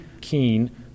keen